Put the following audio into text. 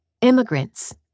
Immigrants